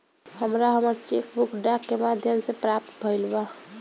हमरा हमर cheque book डाक के माध्यम से प्राप्त भईल बा